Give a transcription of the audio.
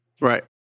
Right